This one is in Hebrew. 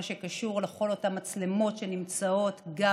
זה כל מה שקשור לכל אותן מצלמות שנמצאות גם